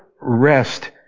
rest